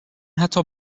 حتی